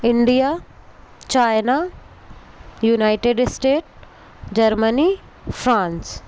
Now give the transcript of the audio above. India China united state Germany France